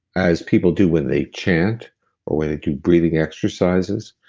as people do when they chant or when they do breathing exercises,